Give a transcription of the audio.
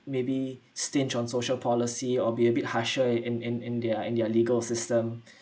maybe stinge on social policy or be a bit harsher in in in their in their legal system